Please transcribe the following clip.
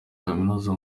kaminuza